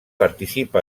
participa